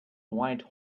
white